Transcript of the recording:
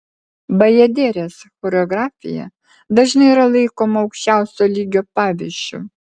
bajaderės choreografija dažnai yra laikoma aukščiausio lygio pavyzdžiu